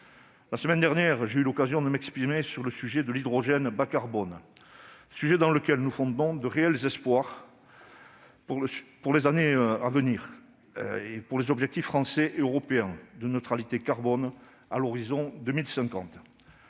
La semaine dernière, j'ai eu l'occasion de m'exprimer sur le sujet de l'hydrogène bas-carbone sur lequel nous fondons de réels espoirs pour les objectifs français et européens de neutralité carbone à l'horizon de 2050.